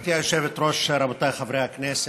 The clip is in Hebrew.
גברתי היושבת-ראש, רבותיי חברי הכנסת,